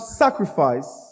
sacrifice